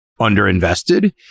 underinvested